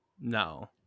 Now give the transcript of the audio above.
No